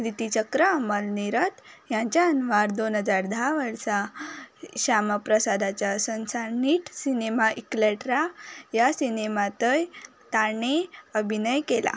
कीर्थीचक्र अमल नीरद ह्यांच्या अनवर दोन हजार धा वर्सा श्यामाप्रसादाच्या सनसानीट सिनेमा इलेक्ट्रा ह्या सिनेमांतय ताणें अभिनय केला